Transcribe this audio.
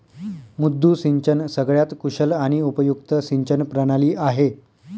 मुद्दू सिंचन सगळ्यात कुशल आणि उपयुक्त सिंचन प्रणाली आहे